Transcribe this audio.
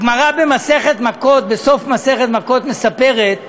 הגמרא, במסכת מכות, בסוף מסכת מכות, מספרת,